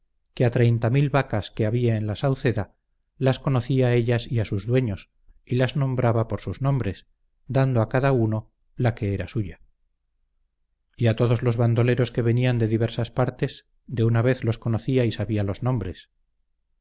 que a treinta mil vacas que había en la sauceda las conocía a ellas y a sus dueños y las nombraba por sus nombres dando a cada uno la que era suya y a todos los bandoleros que venían de diversas partes de una vez los conocía y sabía los nombres